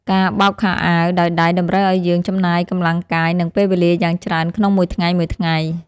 ការបោកខោអាវដោយដៃតម្រូវឱ្យយើងចំណាយកម្លាំងកាយ និងពេលវេលាយ៉ាងច្រើនក្នុងមួយថ្ងៃៗ។